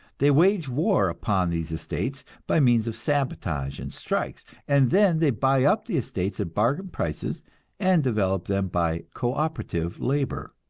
they wage war upon these estates by means of sabotage and strikes, and then they buy up the estates at bargain prices and develop them by co-operative labor.